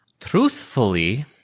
truthfully